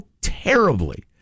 terribly